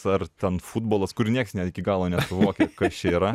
ar ten futbolas kurių nieks ne iki galo nesuvokia kas čia yra